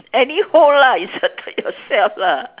any hole lah inserted yourself lah